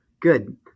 good